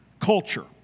culture